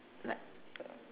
like